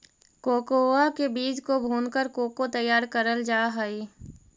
cocoa के बीज को भूनकर कोको तैयार करल जा हई